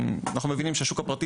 אנחנו מבינים שזה לא משהו שהשוק הפרטי